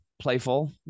Playful